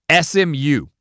SMU